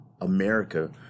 america